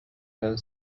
hill